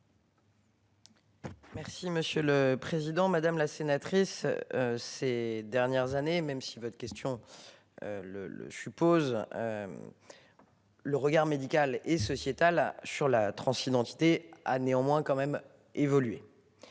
Merci monsieur le président, madame la sénatrice. Ces dernières années même si votre question. Le le je suppose. Le regard médical et sociétal sur la transidentité, a néanmoins quand même évolué.